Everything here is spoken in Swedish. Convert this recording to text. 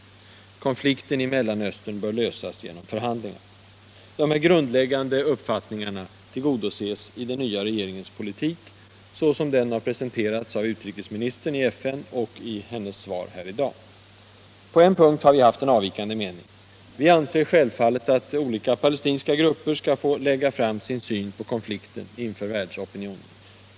Konflikten i Mellanöstern bör lösas genom förhandlingar. Dessa grundläggande uppfattningar tillgodoses i den nya regeringens politik, såsom denna presenterats av utrikesministern i FN och i hennes interpellationssvar här i dag. På en punkt har vi haft en avvikande mening. Vi anser självfallet att olika palestinska grupper skall få lägga fram sin syn på konflikten inför världsopinionen.